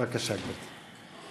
בבקשה, גברתי.